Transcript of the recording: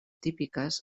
típiques